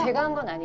jungang i mean